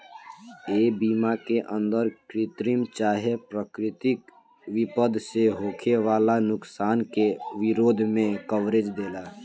ए बीमा के अंदर कृत्रिम चाहे प्राकृतिक विपद से होखे वाला नुकसान के विरोध में कवरेज देला